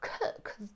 cook